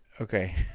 Okay